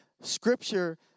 scripture